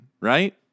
right